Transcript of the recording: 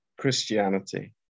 Christianity